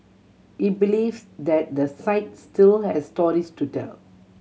he believes that the site still has stories to tell